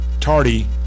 Tardy